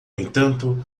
entanto